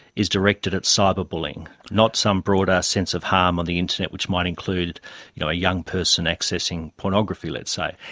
is directed at cyber bullying, not some broader sense of harm on the internet which might include you know a young person accessing pornography, let's say.